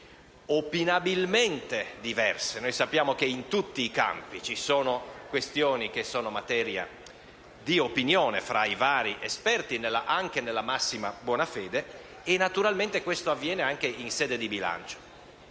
opinabilmente diverse, perché sappiamo che in tutti i campi ci sono questioni che sono materia di opinione tra i vari esperti, anche nella massima buona fede, e naturalmente ciò avviene anche in sede di bilancio.